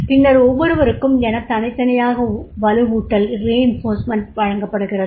பின்னர் ஒவ்வொருவருக்கும் எனத் தனித் தனியாக வலுவூட்டல் வழங்கப்படுகிறது